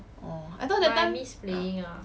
orh I thought that time